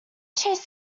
chased